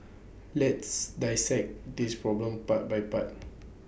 let's dissect this problem part by part